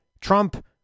Trump—